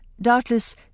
doubtless